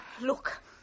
Look